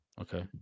Okay